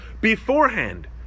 beforehand